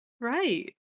Right